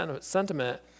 sentiment